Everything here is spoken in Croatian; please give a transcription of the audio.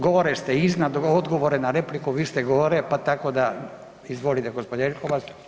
Gore ste iznad odgovore na repliku vi ste gore pa tako da, izvolite gospođo Jelkovac.